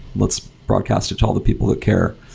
let's broadcast it to all the people that care.